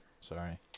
Sorry